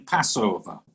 Passover